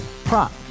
prop